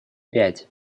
пять